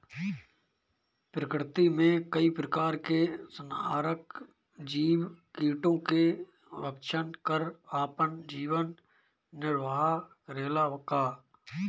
प्रकृति मे कई प्रकार के संहारक जीव कीटो के भक्षन कर आपन जीवन निरवाह करेला का?